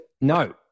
no